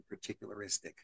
particularistic